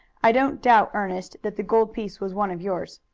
i don't doubt, ernest, that the gold piece was one of yours.